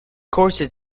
courses